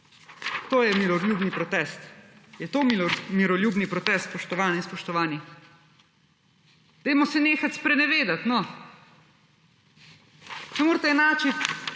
To je miroljubni protest? Je to miroljubni protest, spoštovane in spoštovani? Dajmo se nehat sprenevedat, no. Ne morete enačiti